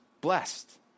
blessed